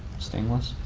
stainless.